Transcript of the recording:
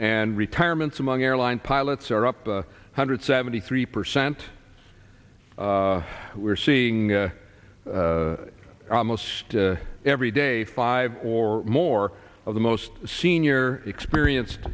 and retirements among airline pilots are up a hundred seventy three percent we're seeing almost every day five or more of the most senior experienced